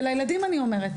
ולילדים אני אומרת,